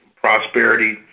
Prosperity